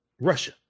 Russia